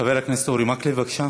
חבר הכנסת אורי מקלב, בבקשה.